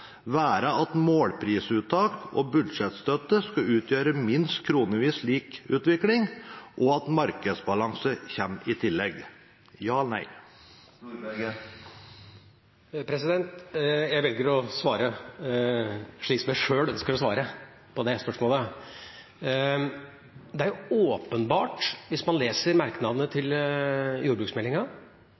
være at målprisuttak og budsjettstøtte skal utgjøre minst kronemessig lik utvikling, og at markedsbalanse kommer i tillegg? Ja eller nei? Jeg velger å svare slik jeg sjøl ønsker å svare på spørsmålet. Hvis man leser merknadene til jordbruksmeldinga,